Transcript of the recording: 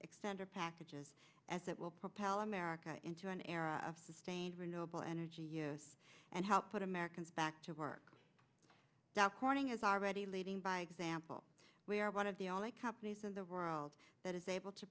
extender packages as that will propel america into an era of sustained renewable energy use and help put americans back to work dow corning is already leading by example we are one of the only companies in the world that is able to